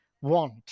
want